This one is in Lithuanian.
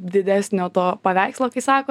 didesnio to paveikslo kai sako